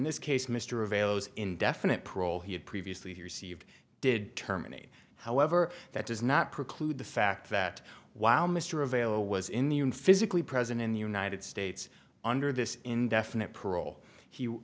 this case mr avails indefinite parole he had previously he received did terminate however that does not preclude the fact that while mr available was in the physically present in the united states under this indefinite parole he